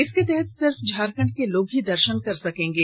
इसके तहत सिर्फ झारखंड के लोग ही दर्शन कर सकेंगे